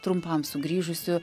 trumpam sugrįžusiu